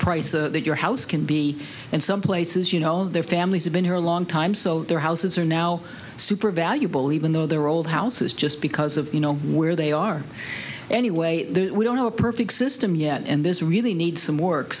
price that your house can b and some places you know their families have been here a long time so their houses are now super valuable even though they're old houses just because of you know where they are anyway we don't have a perfect system yet and this really needs some work